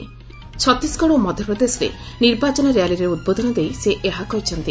ଛତିଶଗଡ ଓ ମଧ୍ୟପ୍ରଦେଶରେ ନିର୍ବାଚନ ର୍ୟାଲିରେ ଉଦ୍ବୋଧନ ଦେଇ ସେ ଏହା କହିଚ୍ଛନ୍ତି